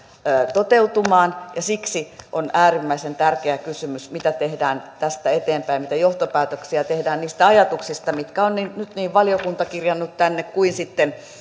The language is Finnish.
toteutumaan siksi on äärimmäisen tärkeä kysymys mitä tehdään tästä eteenpäin mitä johtopäätöksiä tehdään niistä ajatuksista mitkä on nyt niin valiokunta kirjannut tänne kuin sitten